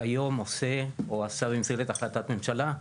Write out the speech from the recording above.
עושה היום או עשה במסגרת החלטת הממשלה,